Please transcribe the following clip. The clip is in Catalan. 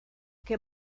que